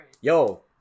Yo